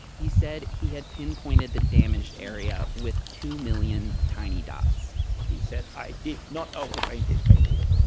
he said he had pinpointed the damaged area with two million tiny dots he said, i did not overpaint this painting.